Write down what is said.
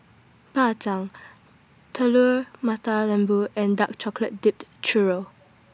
Bak Chang Telur Mata Lembu and Dark Chocolate Dipped Churro